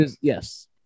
yes